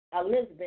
Elizabeth